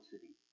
city